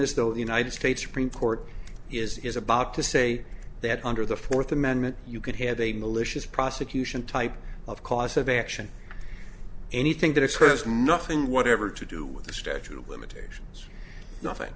as though the united states supreme court is about to say that under the fourth amendment you could have a malicious prosecution type of cause of action anything that expressed nothing whatever to do with the statute of limitations nothing